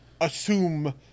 assume